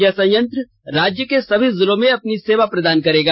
यह संयंत्र राज्य के सभी जिलों में अपनी सेवा प्रदान करेगा